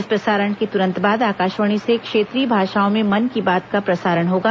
इस प्रसारण के तुरन्त बाद आकाशवाणी से क्षेत्रीय भाषाओं में मन की बात का प्रसारण होगा